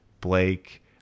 Blake